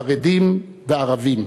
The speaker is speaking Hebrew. חרדים וערבים.